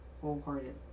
wholehearted